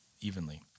evenly